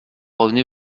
revenez